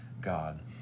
God